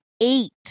eight